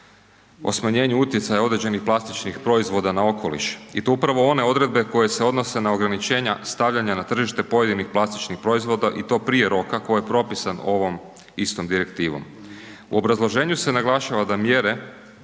o smanjenju utjecaja određenih plastičnih proizvoda na okoliš i to upravo one odredbe koje se odnose na ograničenja stavljanja na tržište pojedinih plastičnih proizvoda i to prije roka koji je propisan ovom istom direktivom. U obrazloženju se naglašava da mjere